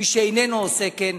מי שאיננו עושה כן,